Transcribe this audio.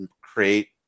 create